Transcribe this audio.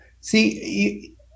see